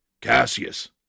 Cassius